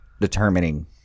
determining